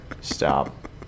Stop